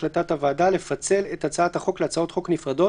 לאשר את החלטת הוועדה לפצל את הצעת החוק להצעות חוק נפרדות,